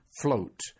float